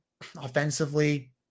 offensively